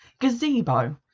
Gazebo